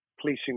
policing